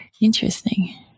interesting